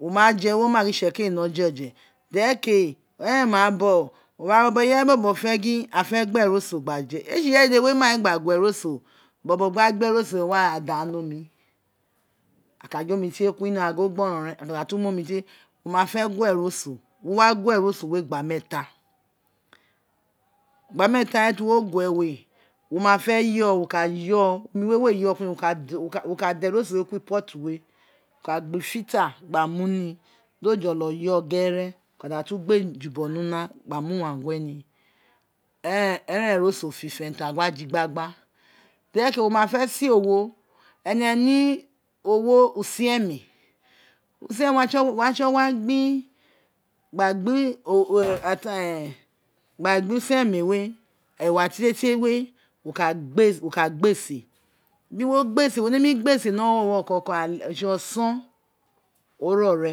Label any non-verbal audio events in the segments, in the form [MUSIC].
Wo ma je wo ma gin itsekiri ee wino je oje dere ke eren ma bogho ira bobo ireye bobo fe gin a fe gba eriso gba je ee tse ireye dede wun e main gba gwe eroso bobo biri a gbe eroso we wa were a da ni aka gin omi tie twino ai gin a gborou ren ene ka da tu mu omi tie wo ma de gwe eroso wo wa gwe eroso we ugba weta ugba meeta me ti wo gwe we wo ma je yo wo ka yo omi we we yo kwino wo ta da eroso me kuri pori we wi ka gba iyeri gba mu ni di jolo yo yere wo ka datu gbeu jubogho in wa gla mu uwan ghe gba mu ni eren eroso fifen ta gba je igbagba derek wo ma de se owo ene ne owo isiemi isiemi wo wa tsi gua gbe [HESITATION] [NOISE] isiemi we ewa tie tietietie we wo ka gba wo ka gba se biri wo gba se wo nemi gbe se ni owurowueo koko tsi oson o ro ren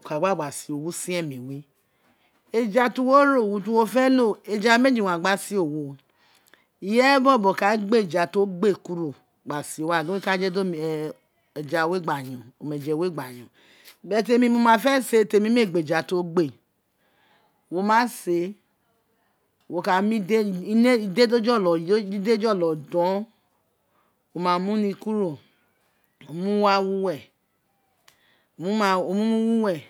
wo ka gba gba se owo isiemi we eja ti wo ro urun ti wo fe lo eja meji wa gba se owo ireye bobo ka gba eja to gba egba se owo a gin owun e ka je di [HESITATION] oje we gba yon but temi mo ma te se temi mu gba eja ti o gbe wo ka mu ide ide ti jo lo ye di ide do folo donwo ma mu ni kiri kuro owun mumu wa wu were uwun mumu loi uwere